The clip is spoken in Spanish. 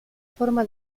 forma